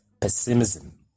pessimism